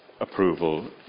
approval